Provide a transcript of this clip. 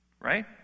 Right